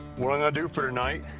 what i'm going to do for tonight